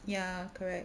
ya correct